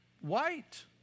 white